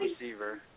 receiver